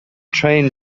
train